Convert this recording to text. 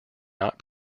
not